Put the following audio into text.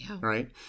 right